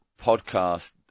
podcast